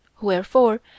Wherefore